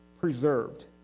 preserved